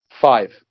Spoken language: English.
Five